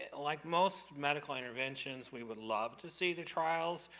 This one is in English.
like most medical interventions, we would love to see the trials.